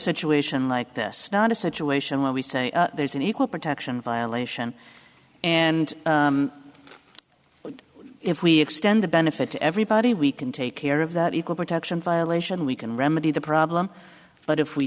situation like this not a situation where we say there's an equal protection violation and if we extend the benefit to everybody we can take care of that equal protection violation we can remedy the problem but if we